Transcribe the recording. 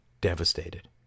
devastated